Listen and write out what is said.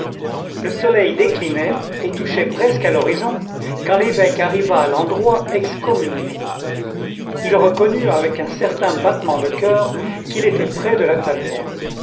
le soleil déclinait et touchait presque à l'horizon quand l'évêque arriva à l'endroit excommunié il reconnut avec un certain battement de coeur qu'il était près de la tanière